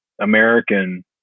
American